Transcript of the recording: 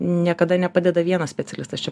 niekada nepadeda vienas specialistas čia